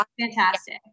fantastic